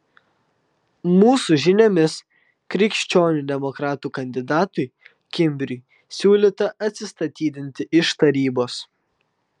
mūsų žiniomis krikščionių demokratų kandidatui kimbriui siūlyta atsistatydinti iš tarybos